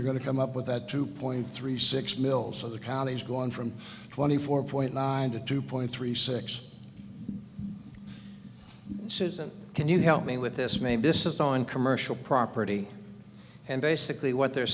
you're going to come up with that two point three six mil so the counties gone from twenty four point nine to two point three six susan can you help me with this maybe this is on commercial property and basically what they're